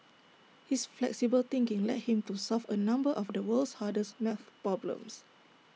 his flexible thinking led him to solve A number of the world's hardest math problems